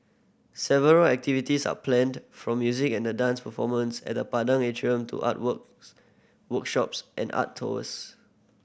several activities are planned from music and dance performances at the Padang Atrium to art works workshops and art tours